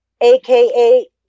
AKA